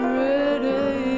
ready